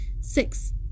Six